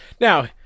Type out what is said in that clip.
now